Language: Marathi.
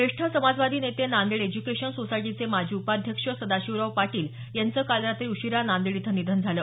जेष्ठ समाजवादी नेते नांदेड एज्युकेशन सोसायटीचे माजी उपाध्यक्ष सदाशिवराव पाटील यांचं काल रात्री उशीरा नांदेड इथं निधन झालं